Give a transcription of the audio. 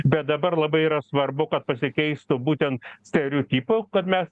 bet dabar labai yra svarbu kad pasikeistų būtent stereotipų kad mes